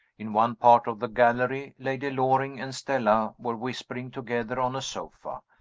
in one part of the gallery, lady loring and stella were whispering together on a sofa.